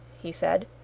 he said.